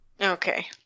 okay